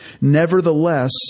Nevertheless